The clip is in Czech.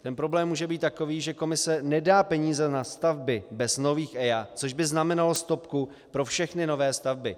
Ten problém může být takový, že Komise nedá peníze na stavby bez nových EIA, což by znamenalo stopku pro všechny nové stavby.